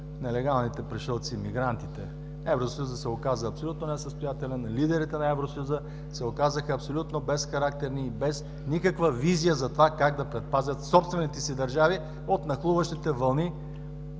нелегалните пришълци, мигрантите. Евросъюзът се оказа абсолютно несъстоятелен, лидерите на Евросъюза се оказаха абсолютно безхарактерни и без никаква визия за това как да предпазят собствените си държави от нахлуващите вълни